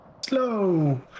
slow